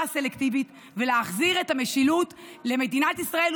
הסלקטיבית ולהחזיר את המשילות למדינת ישראל,